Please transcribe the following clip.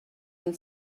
ein